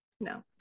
no